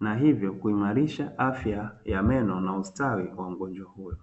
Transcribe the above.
na hivyo kuimarisha afya ya meno, na ustawi wa mgonjwa huyo.